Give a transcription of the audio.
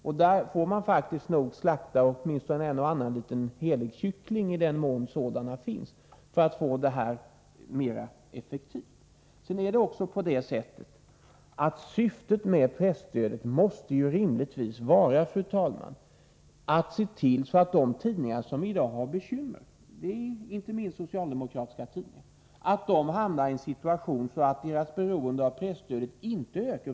Det gör att man åtminstone får lov att slakta en och annan liten helig kyckling —i den mån sådana finns — för att få en mer effektiv ordning. Syftet med presstödet, fru talman, måste rimligtvis vara att se till att de tidningar som i dag har bekymmer — och det är inte minst socialdemokratiska tidningar — hamnar i en situation där deras beroende av presstöd inte ökar.